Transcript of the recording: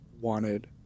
wanted